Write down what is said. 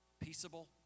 peaceable